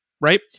right